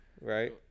Right